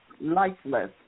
lifeless